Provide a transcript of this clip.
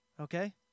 okay